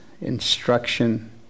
instruction